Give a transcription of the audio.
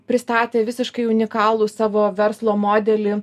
pristatė visiškai unikalų savo verslo modelį